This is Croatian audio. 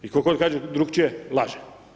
I ko god kaže drukčije laže.